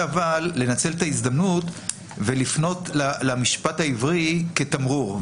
לנצל את ההזדמנות ולפנות למשפט העברי כתמרור.